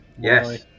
Yes